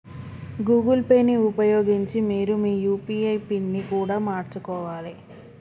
Google Pay ని ఉపయోగించి మీరు మీ యూ.పీ.ఐ పిన్ని కూడా మార్చుకోవాలే